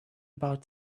about